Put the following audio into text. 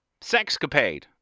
sexcapade